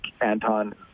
Anton